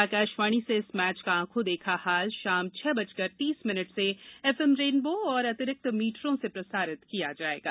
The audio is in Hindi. आकाशवाणी से इस मैच का आंखो देखा हाल शाम छह बजकर तीस मिनट से एफ एम रेनबो और अतिरिक्त मीटरों से प्रसारित किया जाएगा